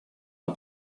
her